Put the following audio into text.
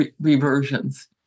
reversions